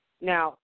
Now